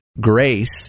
Grace